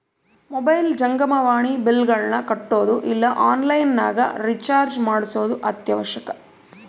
mobile ಜಂಗಮವಾಣಿ ಬಿಲ್ಲ್ಗಳನ್ನ ಕಟ್ಟೊದು ಇಲ್ಲ ಆನ್ಲೈನ್ ನಗ ರಿಚಾರ್ಜ್ ಮಾಡ್ಸೊದು ಅತ್ಯವಶ್ಯಕ